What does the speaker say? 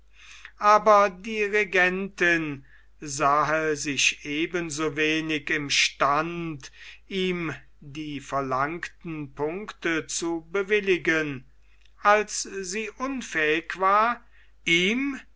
aber die regentin sah sich eben so wenig im stand ihm die verlangten punkte zu bewilligen als sie unfähig war ihm